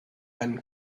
and